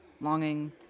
longing